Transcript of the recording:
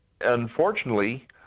unfortunately